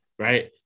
Right